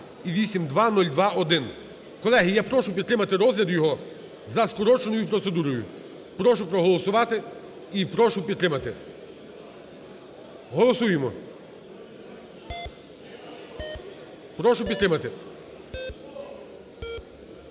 Колеги, я прошу підтримати розгляд його за скороченою процедурою. Прошу проголосувати і прошу підтримати. Голосуємо, прошу підтримати.